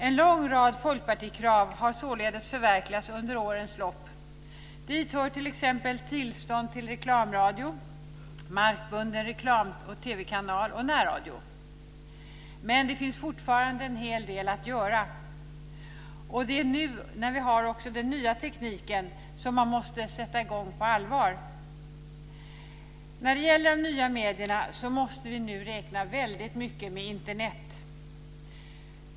En lång rad folkpartikrav har således förverkligats under årens lopp. Dit hör t.ex. tillstånd till reklamradio, markbunden reklam-TV-kanal och närradio. Men det finns fortfarande en hel del att göra. Det är nu, när vi har också den nya tekniken, som man måste sätta i gång på allvar. När det gäller de nya medierna måste vi nu räkna väldigt mycket med Internet.